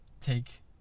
take